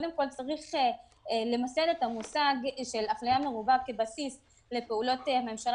צריך למסד את המושג של אפליה כבסיס לפעולות הממשלה